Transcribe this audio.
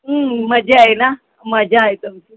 मजा आहे ना मजा आहे तुमची